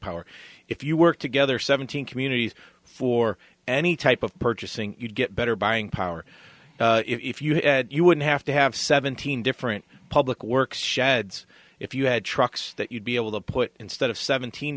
power if you work together seventeen communities for any type of purchasing you'd get better buying power if you had you would have to have seventeen different public works sheds if you had trucks that you'd be able to put instead of seventeen